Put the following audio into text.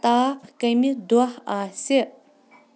تاپھ کَمہِ دۄہ آسہِ